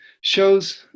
shows